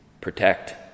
protect